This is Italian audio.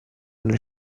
nella